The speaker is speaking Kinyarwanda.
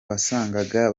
wasangaga